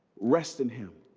rest in him